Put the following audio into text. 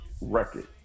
record